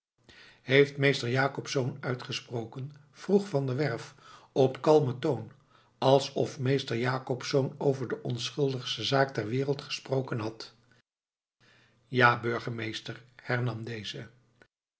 heeft meester jacobsz uitgesproken vroeg van der werff op kalmen toon alsof meester jacobsz over de onschuldigste zaak ter wereld gesproken had ja burgemeester hernam deze